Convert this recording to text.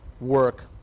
work